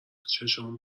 چشامو